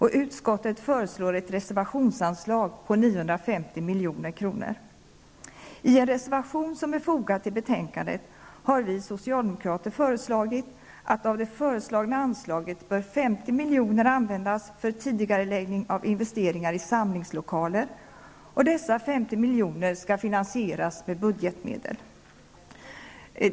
I en reservation som är fogad till betänkandet har vi socialdemokrater föreslagit att 50 miljoner av det föreslagna anslaget bör användas för tidigareläggning av investeringar i samlingslokaler, och dessa 50 miljoner skall finansieras med budgetmedel.